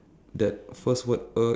okay sure